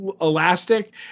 Elastic